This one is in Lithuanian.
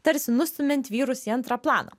tarsi nustumiant vyrus į antrą planą